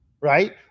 right